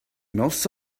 most